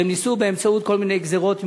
והם ניסו באמצעות כל מיני גזירות עם